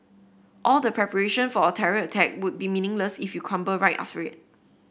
all the preparation for a terror attack would be meaningless if you crumble right after it